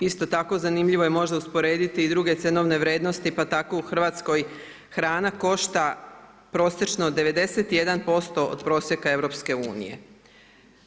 Isto tako zanimljivo je možda usporediti i druge cjenovne vrijednosti pa tako u Hrvatskoj hrana košta prosječno 91% od prosjeka EU-a.